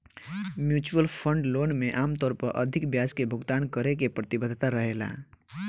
mutual fund loan में आमतौर पर अधिक ब्याज के भुगतान करे के प्रतिबद्धता रहेला